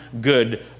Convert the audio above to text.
good